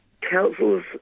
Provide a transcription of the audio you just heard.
councils